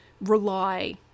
rely